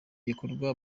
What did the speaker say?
gikorwa